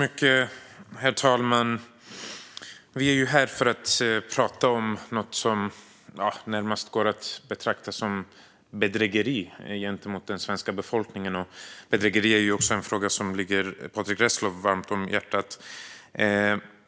Herr talman! Vi är här för att tala om något som närmast är att betrakta som bedrägeri gentemot den svenska befolkningen. Bedrägeri är ju också en fråga som ligger Patrick Reslow varmt om hjärtat.